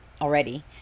already